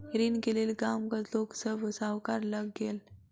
ऋण के लेल गामक लोक सभ साहूकार लग गेल